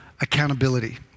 accountability